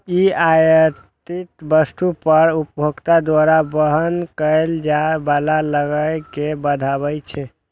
ई आयातित वस्तु पर उपभोक्ता द्वारा वहन कैल जाइ बला लागत कें बढ़बै छै